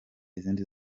izindi